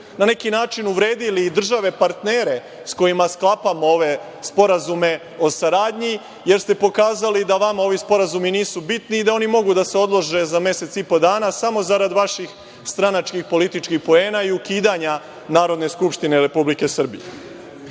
na neki način uvredili države partnere sa kojima sklapamo ove sporazume o saradnji, jer ste pokazali da vama ovi sporazumi nisu bitni i da oni mogu da se odlože za mesec i po dana samo zarad vaših stranačkih, političkih poena i ukidanja Narodne skupštine Republike Srbije. Zato